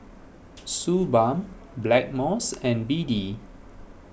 Suu Balm Blackmores and B D